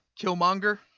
Killmonger